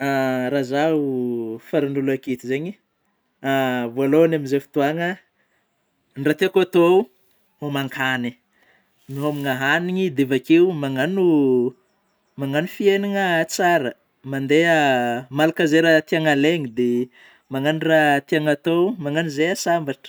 Raha zaho faragn'ôlô anketo zeigny, vôalôhany amin'izay fotôagna raha tiako atao homan-kany nomagna haniny ,dia avy akeo magnano magnano fiainana tsara, mandeha malaka izay raha tiana alaigna de magnano raha tiana atao, magnano zey ahasambatra